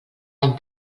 any